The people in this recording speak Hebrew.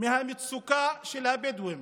מהמצוקה של הבדואים,